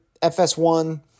FS1